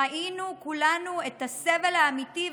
ראינו כולנו את הסבל האמיתי,